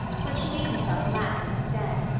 but she made herself laugh instead.